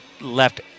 left